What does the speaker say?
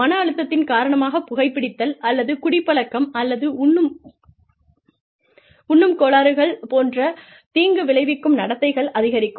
மன அழுத்தத்தின் காரணமாக புகை பிடித்தல் அல்லது குடிப்பழக்கம் அல்லது உண்ணும் கோளாறுகள் போன்ற தீங்கு விளைவிக்கும் நடத்தைகள் அதிகரிக்கும்